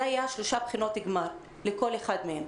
היו שלוש בחינות גמר לכל אחד מהם.